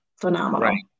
phenomenal